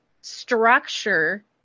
structure